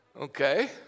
okay